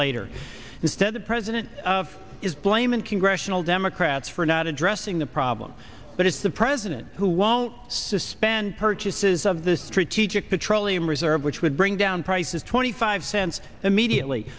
later instead the president is blame and congressional democrats for not addressing the problem but it's the president who won't suspend purchases of the strategic petroleum reserve which would bring down prices twenty five cents immediately